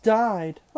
died